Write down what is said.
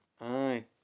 Aye